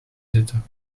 zitten